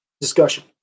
discussion